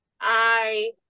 I-